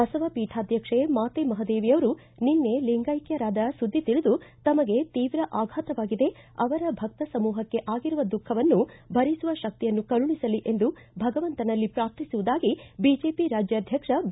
ಬಸವ ಪೀಠಾಧ್ಯಕ್ಷೆ ಮಾತೆ ಮಹಾದೇವಿಯವರು ನಿನ್ನೆ ಲಿಂಗೈಕ್ವರಾದ ಸುದ್ದಿ ತಿಳಿದು ತಮಗೆ ತೀವ್ರ ಆಭಾತವಾಗಿದೆ ಅವರ ಭಕ್ತ ಸಮೂಹಕ್ಕೆ ಆಗಿರುವ ದುಖವನ್ನು ಭರಿಸುವ ಶಕ್ತಿಯನ್ನು ಕರುಣಿಸಲಿ ಎಂದು ಭಗವಂತನಲ್ಲಿ ಪ್ರಾರ್ಥಿಸುವುದಾಗಿ ಬಿಜೆಪಿ ರಾಜ್ಯಾಧ್ಯಕ್ಷ ಬಿ